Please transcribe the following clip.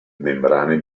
membrane